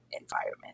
environment